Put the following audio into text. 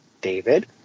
David